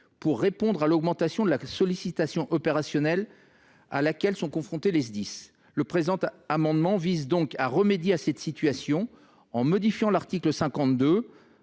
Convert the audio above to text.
pour répondre à l’augmentation de la sollicitation opérationnelle à laquelle sont confrontés les Sdis. Le présent amendement vise donc à remédier à cette situation en modifiant l’article 52